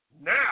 Now